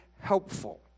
helpful